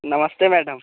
नमस्ते मैडम